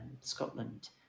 Scotland